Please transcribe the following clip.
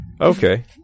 Okay